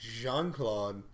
Jean-Claude